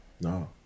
No